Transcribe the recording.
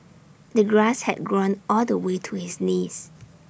the grass had grown all the way to his knees